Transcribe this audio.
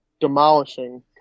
demolishing